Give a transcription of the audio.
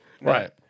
Right